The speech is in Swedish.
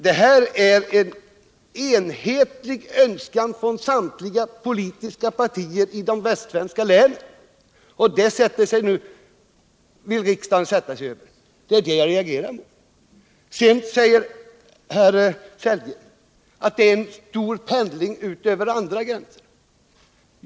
Detta är en enhällig önskan från samtliga politiska partier i de västsvenska länen, och det vill riksdagen nu sätta sig över. Det är det jag reagerar mot. Sedan säger Rolf Sellgren att det finns en omfattande pendling över andra gränser.